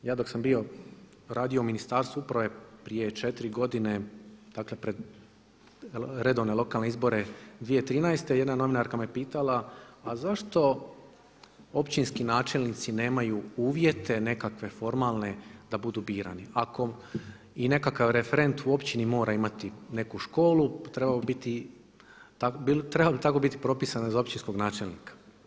Ja dok sam radio u ministarstvu upravo je prije četiri godine dakle pred redovne lokalne izbore 2013. jedna novinarka me pitala, a zašto općinski načelnici nemaju uvjete nekakve formalne da budu birani, ako i nekakav referent u općini mora imati neku školu trebalo bi tako biti propisano za općinskog načelnika.